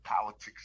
politics